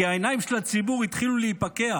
כי העיניים של הציבור התחילו להיפקח,